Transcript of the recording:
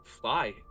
fly